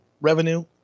revenue